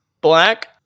Black